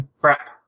Crap